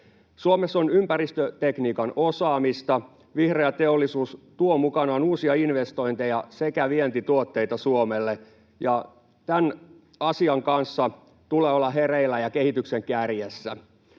Suomessa on ympäristötekniikan osaamista. Vihreä teollisuus tuo mukanaan uusia investointeja sekä vientituotteita Suomelle. Tämän asian kanssa tulee olla hereillä ja kehityksen kärjessä.